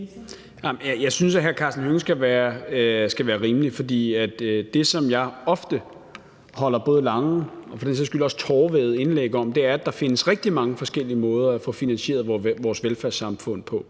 Jeg synes, at hr. Karsten Hønge skal være rimelig, for det, som jeg ofte holder både lange og for den sags skyld også tårevædede indlæg om, er, at der findes rigtig mange forskellige måder at få finansieret vores velfærdssamfund på.